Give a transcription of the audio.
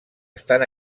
estan